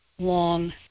long